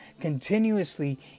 continuously